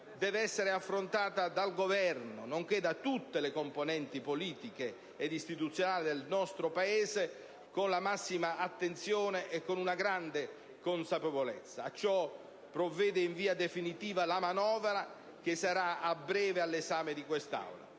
deve essere affrontata dal Governo nonché da tutte le componenti politiche e istituzionali del nostro Paese con la massima attenzione e con una grande consapevolezza. A ciò provvede in via definitiva la manovra che sarà a breve all'esame di quest'Aula.